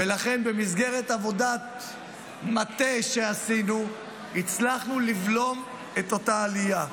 ולכן במסגרת עבודת מטה שעשינו הצלחנו לבלום את אותה עלייה.